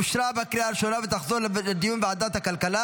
לוועדת הכלכלה